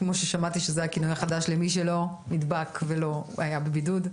כמו ששמעתי שזה הכינוי החדש למי שלא נדבק ולא היה בבידוד.